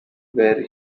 where